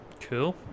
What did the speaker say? cool